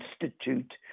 Institute